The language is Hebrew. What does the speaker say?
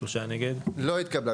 3 נמנעים, 0 הרביזיה לא התקבלה.